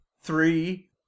three